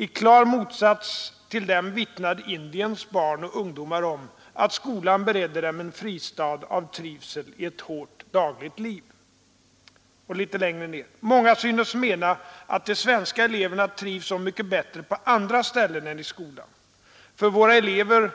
I klar motsats till dem vittnade Indiens barn och ungdomar om att skolan beredde dem en fristad av trivsel i ett hårt dagligt liv.” Litet längre ned heter det: ”Många synes mena att de svenska eleverna trivs så mycket bättre på andra ställen än i skolan. För våra elever